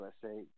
USA